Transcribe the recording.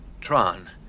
Tron